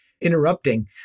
interrupting